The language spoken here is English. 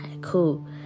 cool